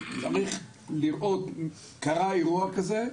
צריך לראות אם קרה אירוע כזה,